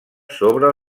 sobre